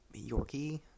Yorkie